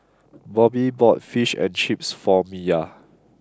Bobbie bought Fish and Chips for Miya